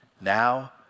now